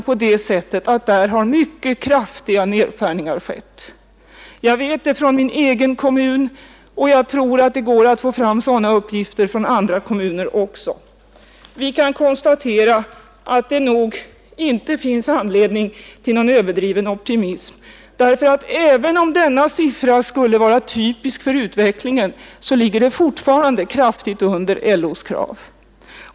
Där har utan tvivel mycket kraftiga nedskärningar skett. Jag vet det från min egen kommun, och jag tror att det går att få fram sådana uppgifter från andra kommuner också. Vi kan konstatera att det nog inte finns anledning till någon överdriven optimism. Även om den siffra familjeministern nämnt skulle vara typisk för utvecklingen ligger den nämligen fortfarande långt under LO:s krav.